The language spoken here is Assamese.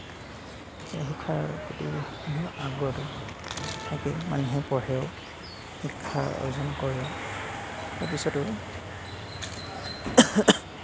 শিক্ষাৰ প্ৰতি আগ্ৰহটো থাকে মানুহে পঢ়েও শিক্ষা অৰ্জন কৰে তাৰপিছতো